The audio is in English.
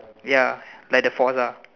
ya like the force ah